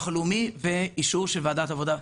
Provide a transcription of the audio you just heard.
הלאומי באישור של ועדת העבודה והרווחה.